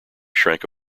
shrank